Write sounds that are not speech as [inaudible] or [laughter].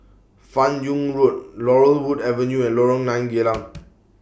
fan Yoong Road Laurel Wood Avenue and Lorong nine Geylang [noise]